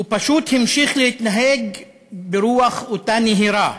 הוא פשוט המשיך להתנהג ברוח אותה נהירה.